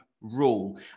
rule